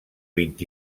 vint